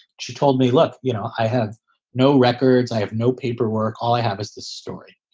she told me, look, you know, i have no records. i have no paperwork. all i have is the story.